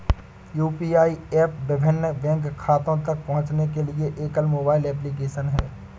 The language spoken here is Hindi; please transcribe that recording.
यू.पी.आई एप विभिन्न बैंक खातों तक पहुँचने के लिए एकल मोबाइल एप्लिकेशन है